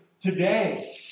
today